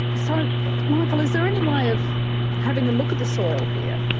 so michael, is there any way of having a look at the soil here?